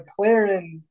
McLaren